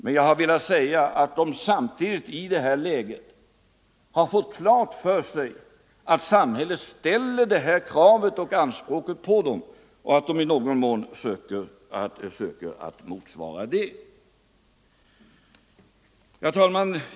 Men jag har velat säga att företaget samtidigt i detta läge har fått klart för sig att samhället ställer detta anspråk och att företaget i någon mån söker motsvara det. Herr talman!